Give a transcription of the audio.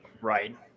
Right